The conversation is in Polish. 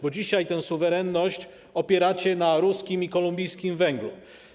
Bo dzisiaj tę suwerenność opieracie na ruskim i kolumbijskim węglu.